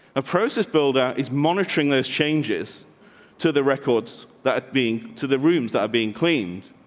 a process builder, is monitoring those changes to the records that being to the rooms that are being cleaned.